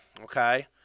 Okay